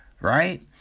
right